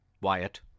Wyatt